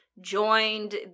joined